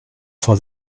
for